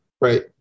right